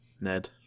Ned